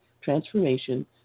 transformation